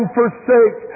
forsake